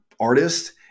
artist